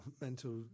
mental